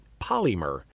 polymer